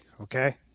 okay